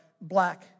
black